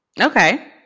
Okay